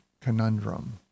conundrum